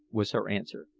was her answer.